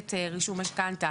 בעת רישום משכנתא,